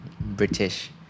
British